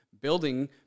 building